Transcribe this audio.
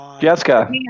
Jessica